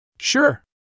Sure